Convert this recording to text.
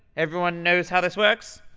everyone knows how this works?